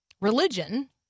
religion